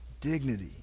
dignity